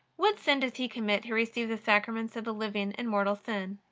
what sin does he commit who receives the sacraments of the living in mortal sin?